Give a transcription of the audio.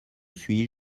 suis